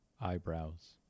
eyebrows